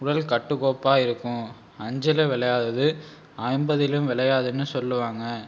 உடல் கட்டுக்கோப்பாக இருக்கும் அஞ்சில் விளையாதது ஐம்பதிலும் விளையாதுன்னு சொல்லுவாங்க